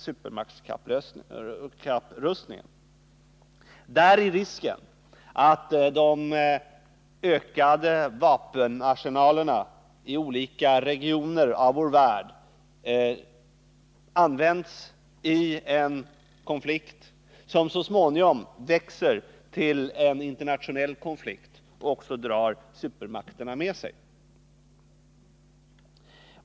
Här är risken att de ökade vapenarsenalerna i olika regioner av vår värld används i en konflikt, som så småningom växer till en internationell konflikt och drar supermakterna med sig.